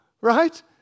right